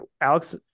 Alex